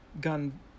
gun